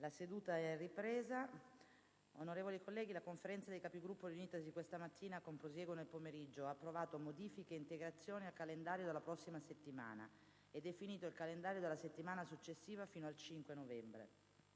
una nuova finestra"). Onorevoli colleghi, la Conferenza dei Capigruppo, riunitasi questa mattina, con prosieguo nel pomeriggio, ha approvato modifiche e integrazioni al calendario della prossima settimana e definito il calendario della settimana successiva fino al 5 novembre.